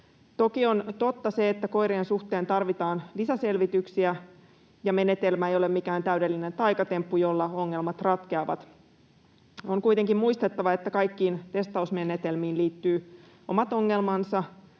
Toki on totta se, että koirien suhteen tarvitaan lisäselvityksiä ja menetelmä ei ole mikään täydellinen taikatemppu, jolla ongelmat ratkeavat. On kuitenkin muistettava, että kaikkiin testausmenetelmiin liittyy omat ongelmansa.